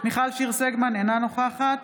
מיכל שיר סגמן, אינה נוכחת